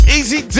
Easy